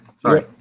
Sorry